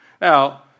now